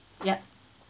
yup